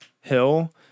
hill